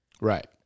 Right